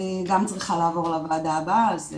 אני גם צריכה לעבור כבר לוועדה הבאה.